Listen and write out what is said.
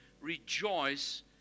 rejoice